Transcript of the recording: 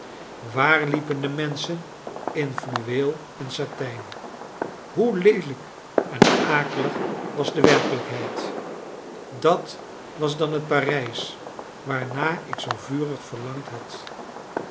waar liepen de menschen in fluweel en satijn hoe leelijk en akelig was de werkelijkheid dat was dan het parijs waarnaar ik zoo vurig verlangd had